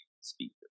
speaker